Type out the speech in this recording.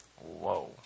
Whoa